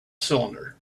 cylinder